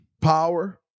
Power